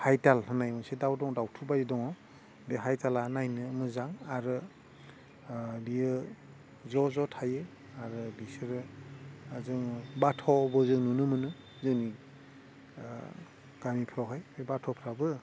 हाइथाल होन्नाय मोनसे दाउ दङ दावथु बादि दङ बे हाइथाला नायनो मोजां आरो बियो ज' ज' थायो आरो बिसोरो जोङो बाथ'बो जोङो नुनो मोनो जोंनि गामिफ्रावहाय बे बाथ'फ्राबो